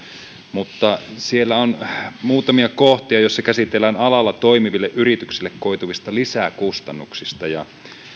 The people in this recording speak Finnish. mutta siellä on muutamia kohtia joissa käsitellään alalla toimiville yrityksille koituvia lisäkustannuksia ja ja